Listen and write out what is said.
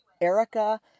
Erica